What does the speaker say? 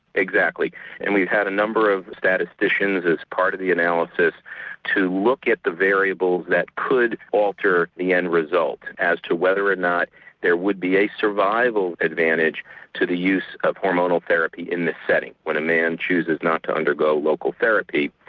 exactly and we've had a number of statisticians that's part of the analysis to look at the variables that could alter the end result as to whether or not there would be a survival advantage to the use of hormonal therapy in this setting when a man chooses not to undergo local therapy.